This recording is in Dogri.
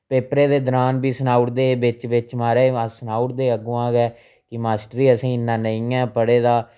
पेपरें दे दरान बी सनाऊ उड़दे हे बिच्च बिच्च महाराज सनाऊ उड़दे हे अग्गुआं गै कि मास्टर असें इ'न्ना नेईं इ'यां पढ़े दा